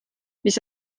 mis